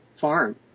farm